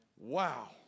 Wow